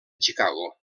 chicago